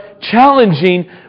challenging